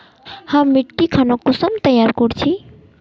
हम मिट्टी खानोक कुंसम तैयार कर छी?